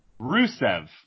Rusev